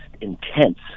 intense